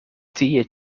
tie